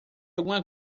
alguma